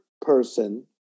person